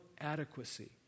adequacy